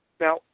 Now